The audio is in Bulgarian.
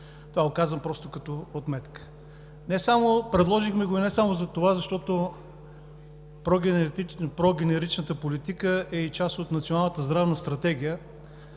Това го казвам като отметка. Предложихме го не само защото прогенеричната политика е и част от Националната здравна стратегия